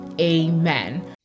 Amen